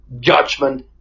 judgment